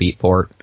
Beatport